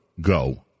go